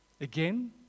Again